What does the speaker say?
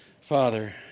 Father